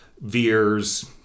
Veers